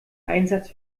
einsatz